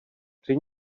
při